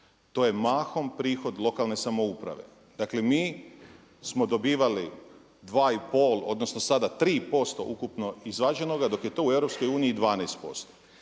to je mahom prihod lokalne samouprave. Dakle mi smo dobivali 2,5 odnosno sada 3% ukupno izvađenoga dok je to u EU 12%.